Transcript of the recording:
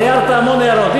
הערת המון הערות.